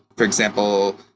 for example,